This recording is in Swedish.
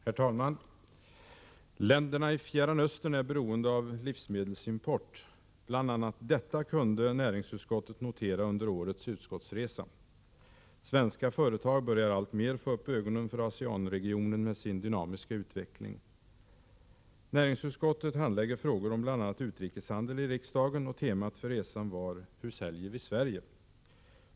Herr talman! Länderna i Fjärran Östern är beroende av livsmedelsimport. Bl. a. detta kunde näringsutskottet notera under årets utskottsresa. Svenska företag börjar alltmer få upp ögonen för ASEAN-regionen med sin dynamiska utveckling. Näringsutskottet handlägger frågor om bl.a. utrikeshandel, och temat för resan var: Hur säljer vi Sverige?